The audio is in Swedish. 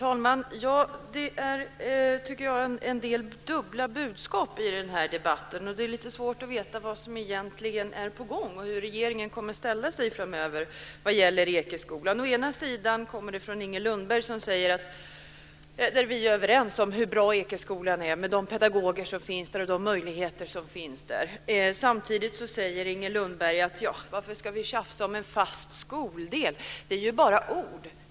Herr talman! Jag tycker att det finns en del dubbla budskap i den här debatten. Det är lite svårt att veta vad som egentligen är på gång och hur regeringen framöver kommer att ställa sig vad gäller Ekeskolan. Å ena sidan säger Inger Lundberg att vi är överens om hur bra Ekeskolan är med de pedagoger och de möjligheter som där finns. Å andra sidan säger Inger Lundberg: Varför ska vi tjafsa om en fast skoldel? Det är ju bara ord.